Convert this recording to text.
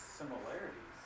similarities